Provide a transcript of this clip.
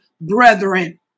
brethren